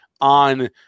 on